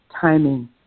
timing